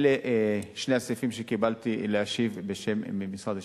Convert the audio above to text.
אלה שני הסעיפים שקיבלתי להשיב בשם משרד השיכון,